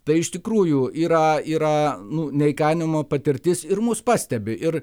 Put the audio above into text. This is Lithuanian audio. tai iš tikrųjų yra yra nu neįkainojama patirtis ir mus pastebi ir